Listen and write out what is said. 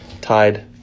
tied